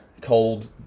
cold